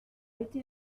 été